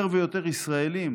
יותר ויותר ישראלים